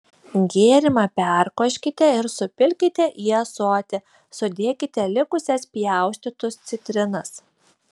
gėrimą perkoškite ir supilkite į ąsotį sudėkite likusias pjaustytus citrinas